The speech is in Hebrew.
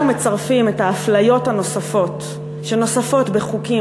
מצרפים את האפליות הנוספות שנוספות בחוקים,